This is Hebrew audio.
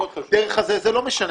זה לא משנה.